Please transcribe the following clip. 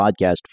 Podcast